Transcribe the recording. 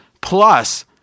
Plus